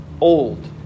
old